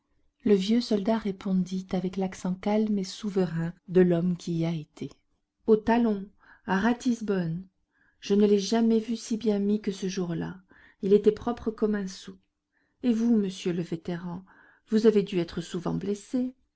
le vieux soldat répondit avec l'accent calme et souverain de l'homme qui y a été au talon à ratisbonne je ne l'ai jamais vu si bien mis que ce jour-là il était propre comme un sou et vous monsieur le vétéran vous avez dû être souvent blessé